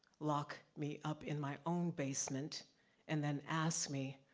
lock me up in my own basement and then ask me,